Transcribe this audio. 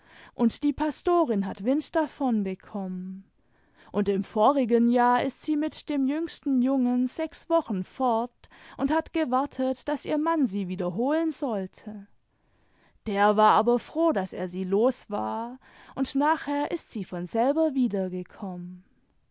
und die pastorin hat wind davon bekonunen und im vorigen jahr ist sie mit dem jüngsten jungen sechs wochen fort und hat gewartet daß ihr mann sie wieder holen sollte der war aber froh daß er sie los war und nachher ist sie von selber